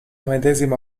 medesima